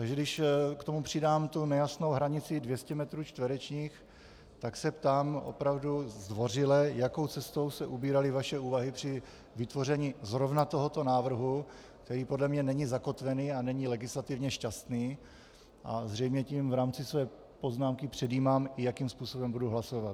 Takže když k tomu přidám tu nejasnou hranici 200 metrů čtverečních, tak se ptám opravdu zdvořile, jakou cestou se ubíraly vaše úvahy při vytvoření zrovna tohoto návrhu, který podle mě není zakotvený a není legislativně šťastný, a zřejmě tím v rámci své poznámky předjímám, i jakým způsobem budu hlasovat.